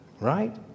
right